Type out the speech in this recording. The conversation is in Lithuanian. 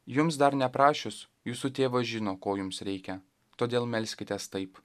jums dar neprašius jūsų tėvas žino ko jums reikia todėl melskitės taip